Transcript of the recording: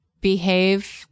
behave